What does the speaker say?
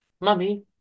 Mummy